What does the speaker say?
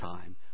time